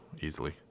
easily